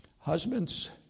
Husbands